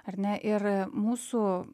ar ne ir mūsų